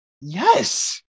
yes